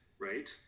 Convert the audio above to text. right